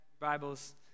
bibles